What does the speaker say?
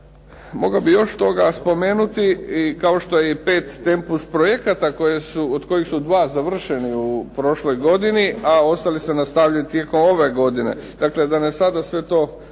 Mogao bih još toga spomenuti, kao što je i "5 Tempus" projekata od kojeg su dva završena u prošloj godini, a ostali se nastavljaju tijekom ove godine.